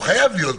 הוא חייב להיות.